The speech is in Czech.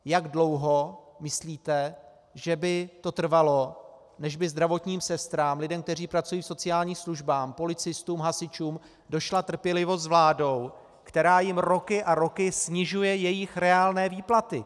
Jak dlouho myslíte, že by to trvalo, než by zdravotním sestrám, lidem, kteří pracují v sociálních službách, policistům, hasičům, došla trpělivost s vládou, která jim roky a roky snižuje jejich reálné výplaty?